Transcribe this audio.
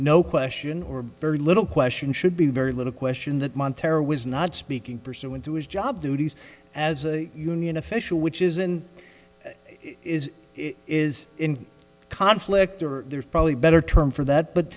no question or very little question should be very little question that montero was not speaking pursuant to his job duties as a union official which isn't is it is in conflict or there's probably a better term for that but